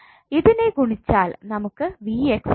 ഇതിനെ ഗുണിച്ചാൽ നമുക്ക് കിട്ടും